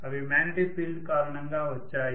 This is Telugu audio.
అవి మాగ్నెటిక్ ఫీల్డ్ కారణంగా వచ్చాయి